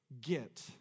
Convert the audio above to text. get